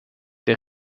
der